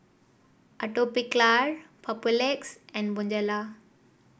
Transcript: Atopiclair Papulex and Bonjela